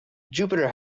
jupiter